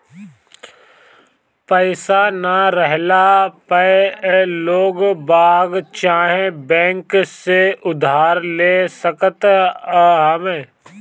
पईसा ना रहला पअ लोगबाग चाहे बैंक से उधार ले सकत हवअ